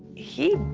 he.